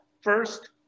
First